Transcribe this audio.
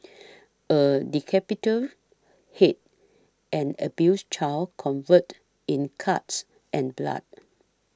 a decapitated head an abused child covered in cuts and blood